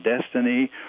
destiny